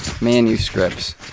manuscripts